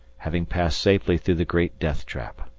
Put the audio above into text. having passed safely through the great deathtrap.